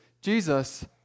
Jesus